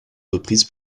reprises